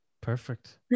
Perfect